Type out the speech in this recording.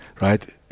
right